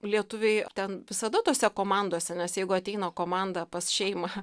lietuviai ten visada tose komandose nes jeigu ateina komanda pas šeimą